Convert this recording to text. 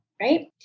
Right